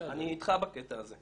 אני איתך בקטע הזה.